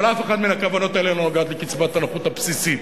אבל אף אחת מהכוונות האלה לא נוגעת לקצבת הנכות הבסיסית.